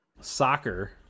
soccer